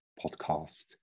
podcast